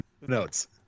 notes